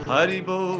Haribo